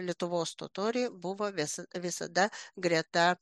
lietuvos totoriai buvo vis visada greta